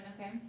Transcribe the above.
okay